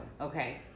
Okay